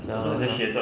ya lor 他